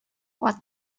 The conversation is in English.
what